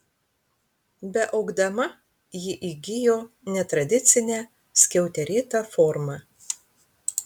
beaugdama ji įgijo netradicinę skiauterėtą formą